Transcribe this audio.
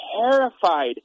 terrified